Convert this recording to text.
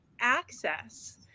access